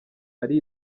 ari